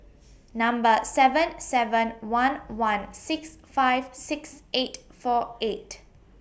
Number seven seven one one six five six eight four eight